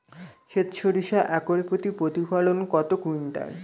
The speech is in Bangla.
সেত সরিষা একর প্রতি প্রতিফলন কত কুইন্টাল?